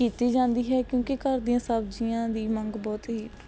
ਕੀਤੀ ਜਾਂਦੀ ਹੈ ਕਿਉਂਕਿ ਘਰ ਦੀਆਂ ਸਬਜ਼ੀਆਂ ਦੀ ਮੰਗ ਬਹੁਤ ਹੀ